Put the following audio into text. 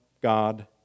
God